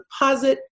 deposit